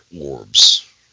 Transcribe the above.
orbs